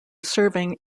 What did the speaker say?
serving